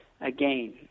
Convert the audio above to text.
Again